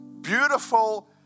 beautiful